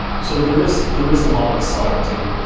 so there is there is a lot of subtlety.